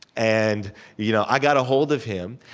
and you know i got a hold of him,